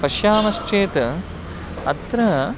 पश्यामश्चेत् अत्र